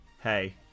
hey